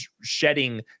shedding